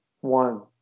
One